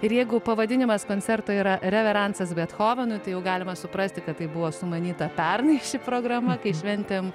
ir jeigu pavadinimas koncerto yra reveransas bethovenui tai jau galima suprasti kad tai buvo sumanyta pernai ši programa kai šventėm